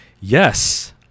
Yes